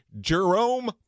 Jerome